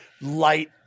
light